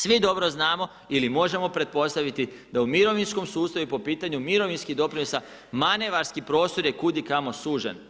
Svi dobro znamo ili možemo pretpostaviti da u mirovinskom sustavu i po pitanju mirovinskih doprinosa manevarski prostor je kudikamo sužen.